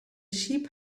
sheep